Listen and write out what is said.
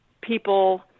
people